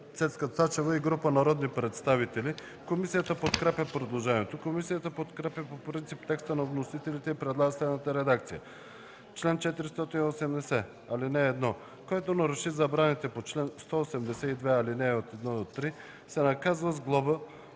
Цецка Цачева и група народни представители. Комисията подкрепя предложението. Комисията подкрепя по принцип текста на вносителите и предлага следната редакция: „Чл. 480. (1) Който наруши забраните по чл. 182, ал. 1-3, се наказва с глоба